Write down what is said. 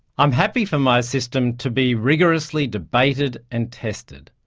i am happy for my system to be rigorously debated and tested,